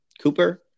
Cooper